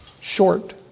short